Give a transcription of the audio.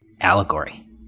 allegory